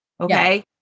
Okay